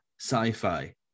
sci-fi